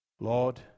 Lord